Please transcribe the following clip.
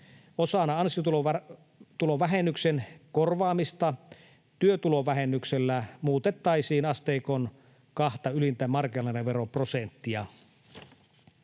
Osana ansiotulovähennyksen korvaamista työtulovähennyksellä muutettaisiin asteikon kahta ylintä marginaaliveroprosenttia.